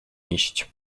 iść